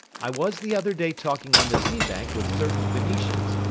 i was the other day talking on the sea bank with certain venetians,